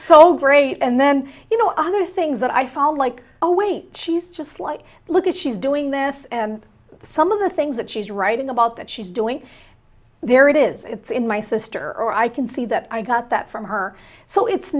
so great and then you know other things that i follow like oh wait she's just like look at she's doing this and some of the things that she's writing about that she's doing there it is in my sister or i can see that i got that from her so it's